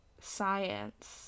science